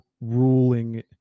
ruling